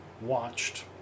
watched